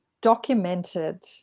documented